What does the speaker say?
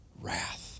Wrath